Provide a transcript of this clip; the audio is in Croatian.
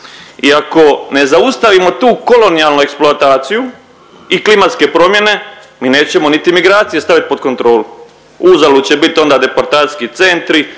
I ako ne zaustavimo tu kolonijalnu eksploataciju i klimatske promjene mi nećemo niti migracije staviti pod kontrolu. Uzalud će biti onda deportacijski centri,